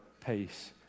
Pace